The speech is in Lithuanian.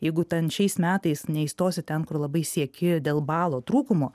jeigu ten šiais metais neįstosi ten kur labai sieki dėl balo trūkumo